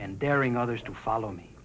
and daring others to follow me